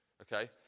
okay